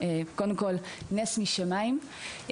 אני עצמי רחצתי אין-סוף בלי מציל.